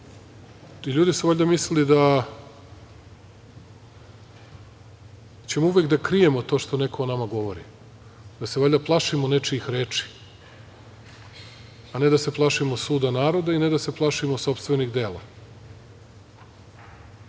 su valjda mislili da ćemo uvek da krijemo to što neko o nama govori, da se valjda plašimo nečijih reči, a ne da se plašimo suda naroda i sopstvenog dela.